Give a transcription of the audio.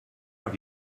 have